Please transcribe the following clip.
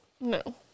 No